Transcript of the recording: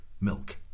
Milk